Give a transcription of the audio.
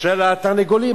של התרנגולים,